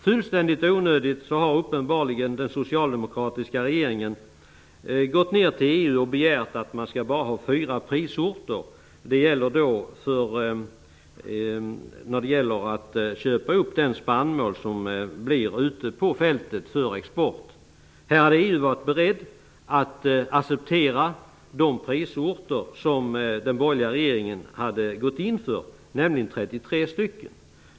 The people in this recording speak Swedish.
Fullständigt onödigt har uppenbarligen den socialdemokratiska regeringen vänt sig till EU och begärt att man bara skall ha fyra prisorter när det gäller att köpa upp spannmål för export. Man var i EU beredd att acceptera de prisorter som den borgerliga regeringen gick in för, nämligen 33 prisorter.